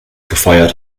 gefeuert